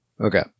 Okay